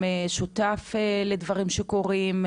או שותף לדברים שקורים,